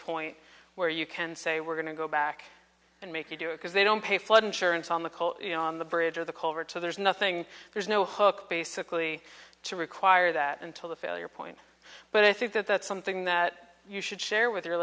point where you can say we're going to go back and make you do it because they don't pay flood insurance on the coal you know on the bridge or the culvert to there's nothing there's no hook basically to require that until the failure point but i think that that's something that you should share with your